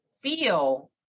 feel